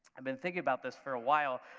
i've been thinking about this for awhile.